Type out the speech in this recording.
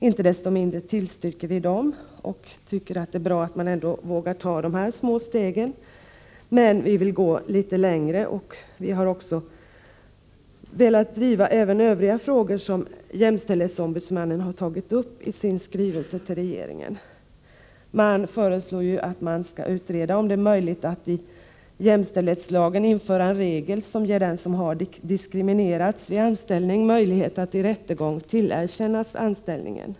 Inte desto mindre tillstyrker vi dem och tycker att det är bra att man ändå vågar ta de här små stegen. Men vi vill gå litet längre. Vi har också velat driva även övriga frågor som jämställdhetsombudsmannen har tagit upp i sin skrivelse till regeringen. Där föreslås att man skall utreda om det är möjligt att i jämställdhetslagen införa en regel som ger den som har diskriminerats vid anställning möjlighet att i rättegång tillerkännas anställningen.